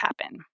happen